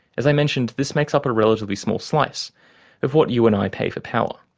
as i mentioned, this makes up but a relatively small slice of what you and i pay for power.